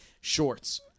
shorts